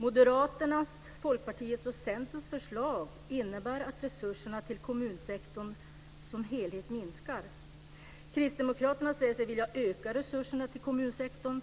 Moderaternas, Folkpartiets och Centerns förslag innebär att resurserna till kommunsektorn som helhet minskar. Kristdemokraterna säger sig vilja öka resurserna till kommunsektorn.